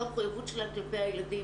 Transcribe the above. זו המחויבות שלהם כלפי הילדים.